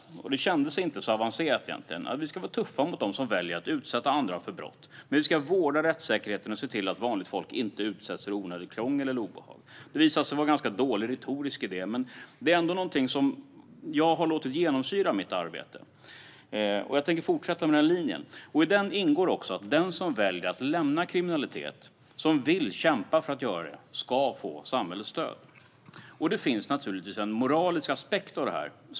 Det kändes inte så avancerat. Vi ska vara tuffa mot dem som väljer att utsätta andra för brott. Samtidigt ska vi vårda rättssäkerheten och se till att vanligt folk inte utsätts för onödigt krångel eller obehag. Det visade sig dock vara en ganska dålig retorisk idé. Ändå har jag låtit detta genomsyra mitt arbete, och jag tänker fortsätta på den linjen. I det ingår också att den som väljer att lämna kriminalitet och som vill kämpa för att göra det ska få samhällets stöd. Det finns givetvis en moralisk aspekt på det hela.